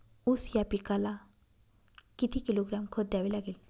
ऊस या पिकाला किती किलोग्रॅम खत द्यावे लागेल?